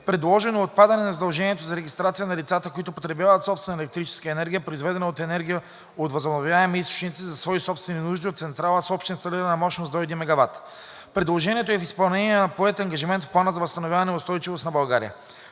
Предложено е отпадане на задължението за регистрация на лицата, които потребяват собствена електрическа енергия, произведена от енергия от възобновяеми източници за свои собствени нужди от централа с обща инсталирана общност до 1 MW. Предложението е в изпълнение на поет ангажимент в Плана за възстановяване и устойчивост на България.